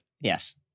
Yes